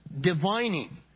divining